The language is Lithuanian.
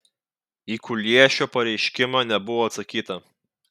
į kuliešio pareiškimą nebuvo atsakyta